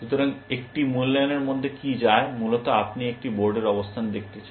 সুতরাং একটি মূল্যায়নের মধ্যে কি যায় মূলত আপনি একটি বোর্ডের অবস্থান দেখতে চান